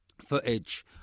footage